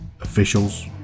officials